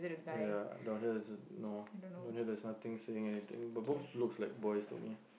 ya down there is a more down there there's nothing saying anything but both looks like boys to me